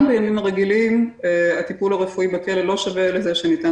גם בימים רגילים הטיפול הרפואי בכלא לא שווה לזה שניתן